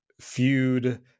feud